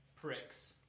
pricks